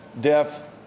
death